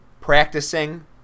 practicing